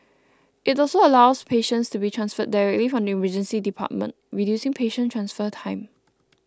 it also allows patients to be transferred directly from the Emergency Department reducing patient transfer time